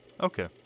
Okay